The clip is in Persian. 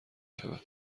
شود